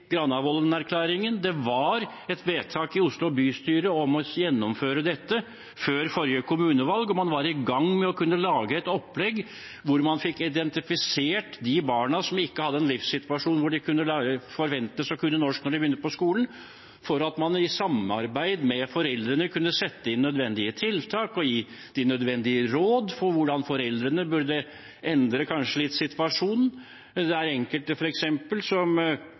Det var et vedtak i Oslo bystyre om å gjennomføre dette før forrige kommunevalg, og man var i gang med å lage et opplegg hvor man fikk identifisert de barna som ikke hadde en livssituasjon hvor det kunne forventes at de kunne norsk når de begynte på skolen, for at man i samarbeid med foreldrene kunne sette inn nødvendige tiltak og gi de nødvendige råd for hvordan foreldrene kanskje burde endre situasjonen litt. Det er enkelte som